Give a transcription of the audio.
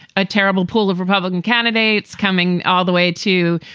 a terrible pool of republican candidates coming all the way to,